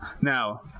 now